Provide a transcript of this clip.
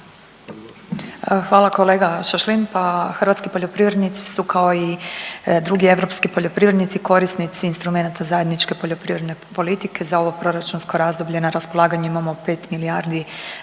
Hvala kolega Šašlin, pa hrvatski poljoprivrednici su kao i drugi europski poljoprivrednici korisnici instrumenata zajedničke poljoprivredne politike, za ovo proračunsko razdoblje na raspolaganju imamo 5 milijardi